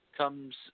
comes